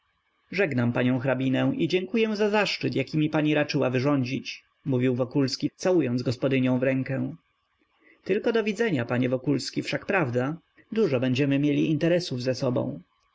żegnam panią hrabinę i dziękuję za zaszczyt jaki mi pani raczyła wyrządzić mówił wokulski całując gospodynią w rękę tylko do widzenia panie wokulski wszak prawda dużo będziemy mieli interesów ze sobą